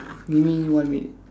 give me one minute